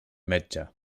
metge